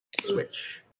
Switch